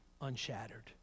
Unshattered